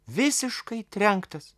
visiškai trenktas